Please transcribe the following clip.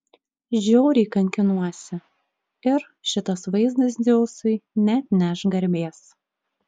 žiauriai kankinuosi ir šitas vaizdas dzeusui neatneš garbės